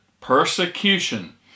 persecution